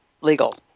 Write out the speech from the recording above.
legal